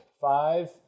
five